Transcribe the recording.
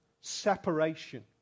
Separation